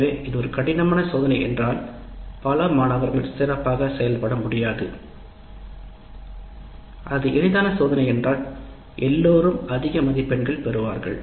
எனவே இது ஒரு கடினமான சோதனை என்றால் பல மாணவர்கள் சிறப்பாக செயல்பட முடியாது அது எளிதான சோதனைத் தாள் என்றால் எல்லோரும் அதிக மதிப்பெண்கள் பெறுவார்கள்